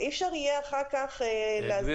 אי אפשר יהיה אחר כך --- גברתי,